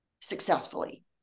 successfully